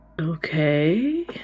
Okay